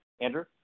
Andrew